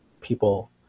people